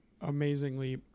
amazingly